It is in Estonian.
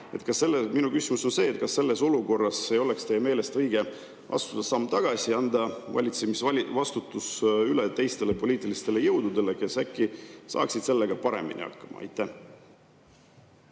minu küsimus on see, kas selles olukorras ei oleks teie meelest õige astuda samm tagasi ja anda valitsemisvastutus üle teistele poliitilistele jõududele, kes äkki saaksid sellega paremini hakkama. Aitäh!